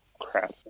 crap